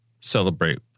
celebrate